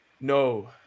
No